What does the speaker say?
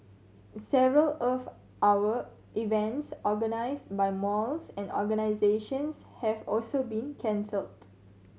several Earth Hour events organised by malls and organisations have also been cancelled